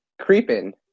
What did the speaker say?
creeping